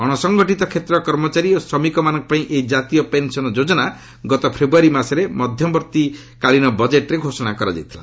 ଅଣସଂଗଠିତ କ୍ଷେତ୍ରର କର୍ମଚାରୀ ଓ ଶ୍ରମିକମାନଙ୍କ ପାଇଁ ଏହି ଜାତୀୟ ପେନ୍ସନ ଯୋଜନା ଗତ ଫେବୃଆରୀ ମାସରେ ମଧ୍ୟବର୍ତ୍ତୀ ବଜେଟ୍ରେ ଘୋଷଣା କରାଯାଇଥିଲା